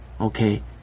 okay